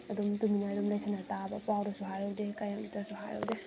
ꯑꯗꯨꯝ ꯇꯃꯤꯟꯅ ꯑꯗꯨꯝ ꯂꯩꯁꯟꯅ ꯇꯥꯕ ꯄꯥꯎꯗꯁꯨ ꯍꯥꯏꯔꯨꯗꯦ ꯀꯔꯤꯝꯇꯁꯨ ꯍꯥꯏꯔꯨꯗꯦ